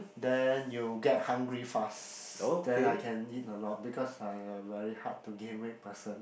then you get hungry fast then I can eat a lot because I a very hard to gain weight person